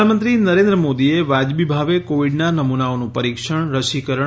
પ્રધાનમંત્રી નરેન્દ્ર મોદીએ વાજબી ભાવે કોવીડના નમૂનાઓનું પરીક્ષણ રસીકરણ